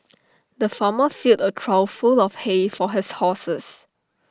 the farmer filled A trough full of hay for his horses